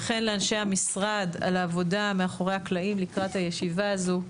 וכן לאנשי המשרד על העבודה מאחורי הקלעים לקראת הישיבה הזו.